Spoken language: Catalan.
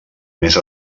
més